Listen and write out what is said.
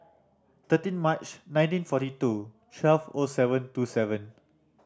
thirteen March nineteen forty two twelve O seven two seven